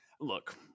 Look